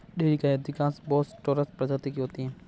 dairy गायें अधिकांश Bos taurus प्रजाति की होती हैं